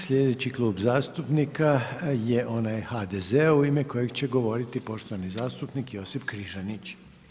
Slijedeći klub zastupnika je onaj HDZ-a u ime kojeg će govoriti poštovani zastupnik Josip Križanić.